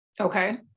Okay